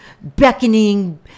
beckoning